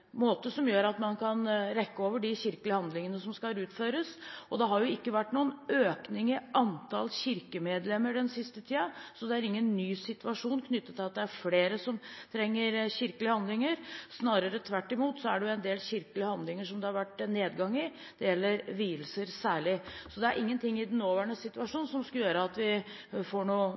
måte som gjør at man kan rekke over de kirkelige handlingene som skal utføres. Det har ikke vært noen økning i antall kirkemedlemmer den siste tiden, så det er ingen ny situasjon knyttet til at det er flere som trenger kirkelige handlinger. Snarere tvert i mot er det jo en del kirkelige handlinger det har vært nedgang i – det gjelder særlig vielser. Det er ingenting i den nåværende situasjon som skulle tilsi at vi får noe